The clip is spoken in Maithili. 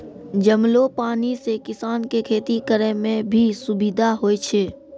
जमलो पानी से किसान के खेती करै मे भी सुबिधा होय छै